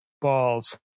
balls